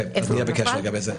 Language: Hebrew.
את זה צריך לתקן במהירות.